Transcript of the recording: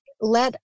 let